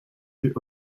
fut